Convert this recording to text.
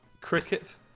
cricket